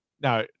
now